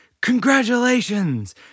congratulations